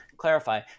clarify